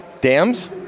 Dams